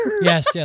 Yes